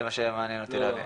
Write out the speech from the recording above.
זה מה שמעניין אותי להבין .